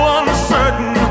uncertain